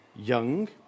young